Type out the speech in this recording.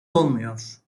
olmuyor